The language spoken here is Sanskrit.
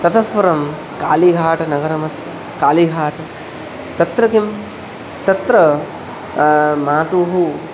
ततः परं कालिघाटनगरम् अस्ति कालिघाट् तत्र किं तत्र मातुः